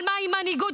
אבל מהי מנהיגות,